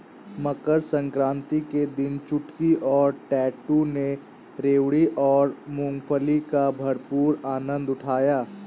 मकर सक्रांति के दिन चुटकी और टैटू ने रेवड़ी और मूंगफली का भरपूर आनंद उठाया